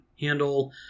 handle